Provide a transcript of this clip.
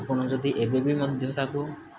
ଆପଣ ଯଦି ଏବେ ବି ମଧ୍ୟ ତାକୁ